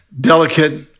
delicate